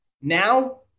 Now